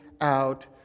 out